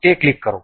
તે ક્લિક કરો